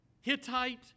Hittite